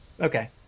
Okay